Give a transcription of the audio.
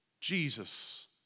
Jesus